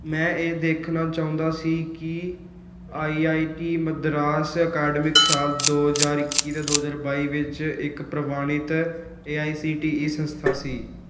ਮੈਂ ਇਹ ਦੇਖਣਾ ਚਾਹੁੰਦਾ ਸੀ ਕਿ I I T Madras academic ਸਾਲ ਦੋ ਹਜ਼ਾਰ ਇੱਕੀ ਅਤੇ ਦੋ ਹਜ਼ਾਰ ਬਾਈ ਵਿੱਚ ਇੱਕ ਪ੍ਰਵਾਨਿਤ A I C T E ਸੰਸਥਾ ਸੀ